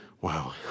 Wow